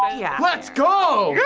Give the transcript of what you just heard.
ah yeah. let's go. yes!